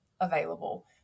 available